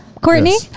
Courtney